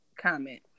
comment